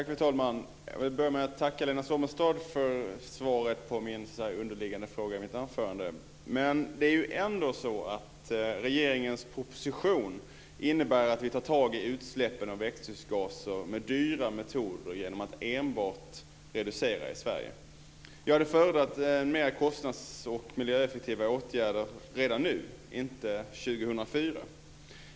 Fru talman! Jag vill börja med att tacka Lena Sommestad för svaret på min underliggande fråga i mitt anförande. Men regeringens proposition innebär att vi tar itu med utsläppen av växthusgaser med dyra metoder genom att enbart reducera i Sverige. Jag hade föredragit mer kostnadseffektiva och miljöeffektiva åtgärder redan nu, inte 2004.